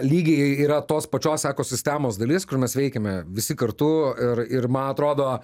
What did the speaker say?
lygiai yra tos pačios ekosistemos dalis kur mes veikiame visi kartu ir ir man atrodo